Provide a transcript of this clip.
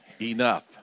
enough